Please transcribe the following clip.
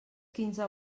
quinze